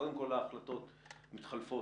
קודם כול, החלטות מתחלפות